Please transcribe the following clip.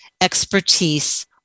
expertise